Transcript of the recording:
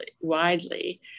widely